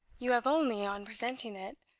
you have only, on presenting it,